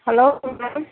hello ma'am